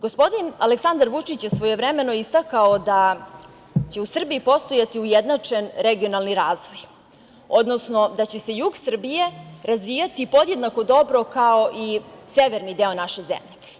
Gospodin Aleksandar Vučić je svojevremeno istakao da će u Srbiji postojati ujednačen regionalni razvoj, odnosno da će se jug Srbije razvijati podjednako dobro kao i severni deo naše zemlje.